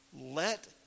Let